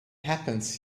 happens